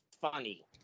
funny